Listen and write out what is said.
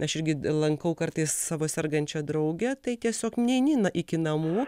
aš irgi lankau kartais savo sergančią draugę tai tiesiog neini iki namų